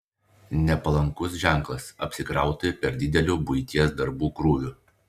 nepalankus ženklas apsikrauti per dideliu buities darbų krūviu